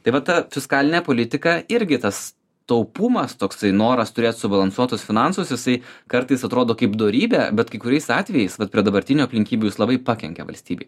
tai va ta fiskalinė politika irgi tas taupumas toksai noras turėt subalansuotus finansus jisai kartais atrodo kaip dorybė bet kai kuriais atvejais vat prie dabartinių aplinkybių jis labai pakenkė valstybei